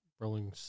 rolling